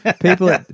People